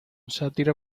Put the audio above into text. sátiro